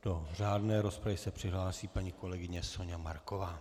Do řádné rozpravy se přihlásí paní kolegyně Soňa Marková.